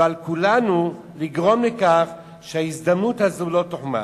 ועל כולנו לגרום לכך שההזדמנות הזאת לא תוחמץ.